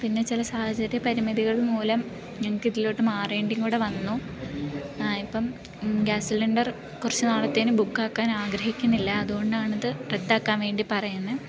പിന്നെ ചില സാഹചര്യ പരിമിതികൾ മൂലം ഞങ്ങൾക്കിതിലോട്ട് മാറേണ്ടി കൂടെവന്നു ഇപ്പം ഗ്യാസ് സിലിണ്ടർ കൊറച്ചുനാളത്തേന് ബുക്കാക്കാൻ ആഗ്രഹിക്കുന്നില്ല അതോണ്ടാണിത് റദ്ദാക്കാൻ വേണ്ടി പറയുന്നത്